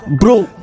bro